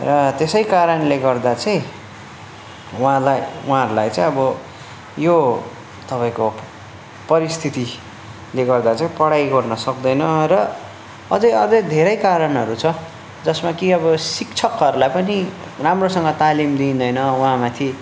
र त्यसै कारणले गर्दा चाहिँ उहाँलाई उहाँहरूलाई चाहिँ अब यो तपाईँको परिस्थितिले गर्दा चाहिँ पढाइ गर्न सक्दैन र अझै अझै धेरै कारणहरू छ जसमा कि अब शिक्षकहरूलाई पनि राम्रोसँग तालिम दिइँदैन उहाँमाथि